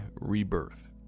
Rebirth